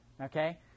okay